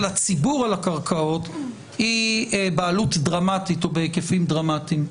הציבור על הקרקעות היא בהיקפים דרמטיים.